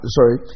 Sorry